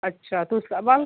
अच्छा तो उसका बाल